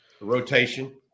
Rotation